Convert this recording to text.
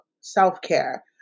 self-care